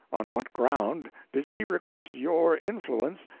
on what ground did she request your influence,